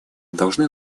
должны